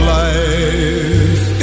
life